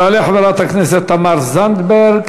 תעלה חברת הכנסת תמר זנדברג,